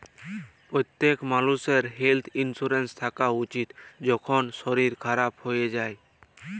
প্যত্তেক মালুষের health insurance থ্যাকা উচিত, কখল শরীর খারাপ হয়ে যায়